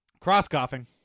Cross-coughing